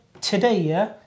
today